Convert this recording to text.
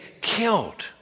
killed